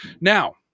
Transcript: Now